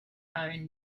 own